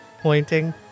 pointing